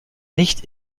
nicht